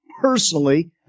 personally